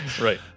right